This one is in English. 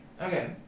Okay